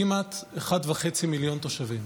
כמעט מיליון וחצי תושבים.